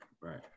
right